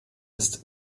ist